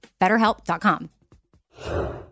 Betterhelp.com